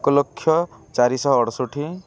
ଏକ ଲକ୍ଷ ଚାରିଶହ ଅଠଷଠି